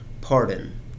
pardon